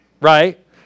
Right